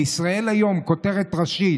בישראל היום, כותרת ראשית,